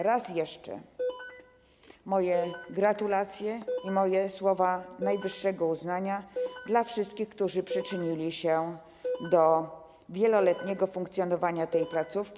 Raz jeszcze moje gratulacje i słowa mojego najwyższego uznania dla wszystkich, którzy przyczynili się do wieloletniego funkcjonowania tej placówki.